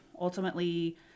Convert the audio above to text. Ultimately